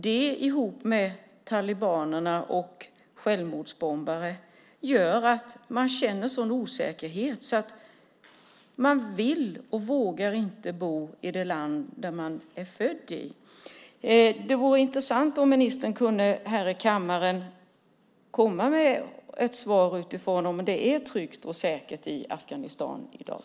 Det tillsammans med talibaner och självmordsbombare gör att man känner en sådan osäkerhet att man inte vill och vågar bo i det land där man är född. Det vore intressant om ministern här i kammaren kunde komma med ett svar på om det är tryggt och säkert i Afghanistan i dag.